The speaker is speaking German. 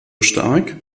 stark